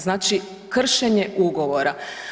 Znači, kršenje ugovora.